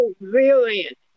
brilliant